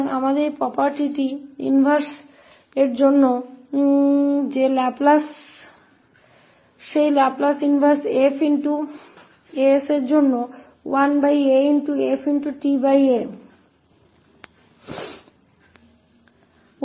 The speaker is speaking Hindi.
तो हमारे पास यह गुण इनवर्स के लिए है कि लाप्लास इस 𝐹𝑎𝑠 के लिए 1af है